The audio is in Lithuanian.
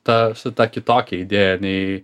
tą su ta kitokia idėja nei